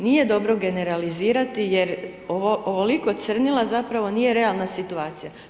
Nije dobro generalizirati jer ovoliko crnila zapravo nije realna situacija.